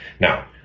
Now